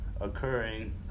occurring